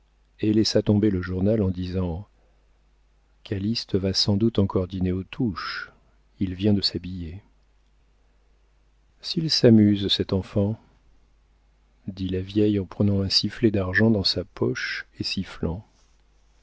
et laissa tomber le journal en disant calyste va sans doute encore dîner aux touches il vient de s'habiller s'il s'amuse cet enfant dit la vieille en prenant un sifflet d'argent dans sa poche et sifflant